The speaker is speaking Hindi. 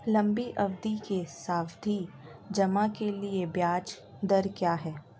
लंबी अवधि के सावधि जमा के लिए ब्याज दर क्या है?